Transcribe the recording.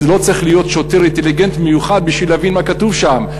לא צריך להיות שוטר אינטליגנט במיוחד כדי להבין מה כתוב שם.